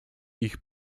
ich